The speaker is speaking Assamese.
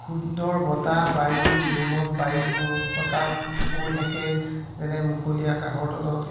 সুন্দৰ বতাহ বায়ু নিৰ্মল বায়ু বহু বতাহ বৈ থাকে যেনে মুকলি আকাশৰ তলত